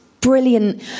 brilliant